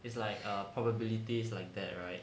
it's like err probabilities like that right